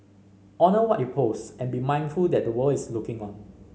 honour what you post and be mindful that the world is looking on